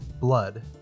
blood